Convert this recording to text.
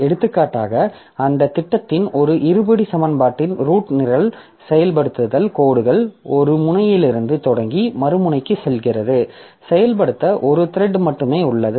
எடுத்துக்காட்டாக அந்த திட்டத்தின் ஒரு இருபடி சமன்பாட்டின் ரூட் நிரல் செயல்படுத்தல் கோடுகள் ஒரு முனையிலிருந்து தொடங்கி மறுமுனைக்குச் செல்கிறது செயல்படுத்த ஒரு த்ரெட் மட்டுமே உள்ளது